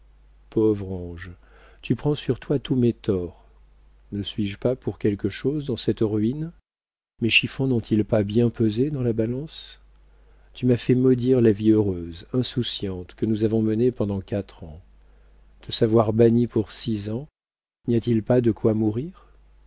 pauvre ange tu prends sur toi tous mes torts ne suis-je pas pour quelque chose dans cette ruine mes chiffons n'ont-ils pas bien pesé dans la balance tu m'as fait maudire la vie heureuse insouciante que nous avons menée pendant quatre ans te savoir banni pour six ans n'y a-t-il pas de quoi mourir